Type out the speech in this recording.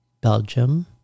Belgium